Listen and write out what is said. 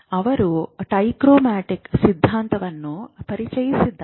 ಅವರು ಟ್ರೈಕ್ರೊಮ್ಯಾಟಿಕ್ ಸಿದ್ಧಾಂತವನ್ನು ಪರಿಚಯಿಸಿದ್ದಾರೆ